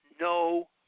no